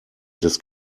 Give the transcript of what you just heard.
des